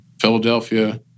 Philadelphia